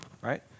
right